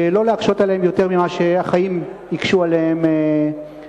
ולא להקשות עליהם יותר ממה שהחיים הקשו עליהם ממילא.